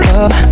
up